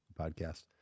podcast